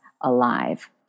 alive